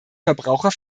verbraucher